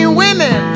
women